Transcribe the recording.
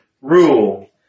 rule